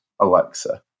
Alexa